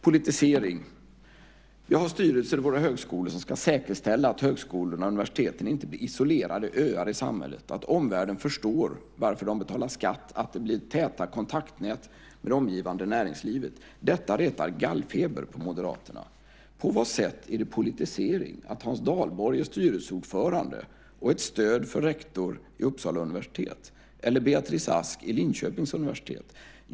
Politisering: Vi har styrelser vid våra högskolor som ska säkerställa att högskolorna och universiteten inte blir isolerade öar i samhället, att omvärlden förstår varför de betalar skatt och att det blir täta kontaktnät med det omgivande näringslivet. Detta retar gallfeber på Moderaterna. På vad sätt är det politisering att Hans Dalborg är styrelseordförande och ett stöd för rektor vid Uppsala universitet eller att Beatrice Ask är det i Linköpings universitet?